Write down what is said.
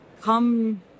come